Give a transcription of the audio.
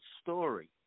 story